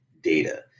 data